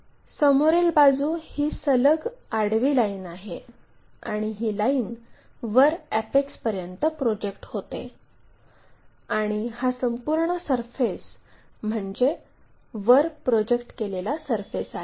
समोरील बाजू ही सलग आडवी लाईन आहे आणि ही लाईन वर अॅपेक्सपर्यंत प्रोजेक्ट होते आणि हा संपूर्ण सरफेस म्हणजे वर प्रोजेक्ट केलेला सरफेस आहे